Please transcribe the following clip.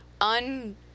un